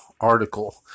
article